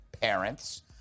parents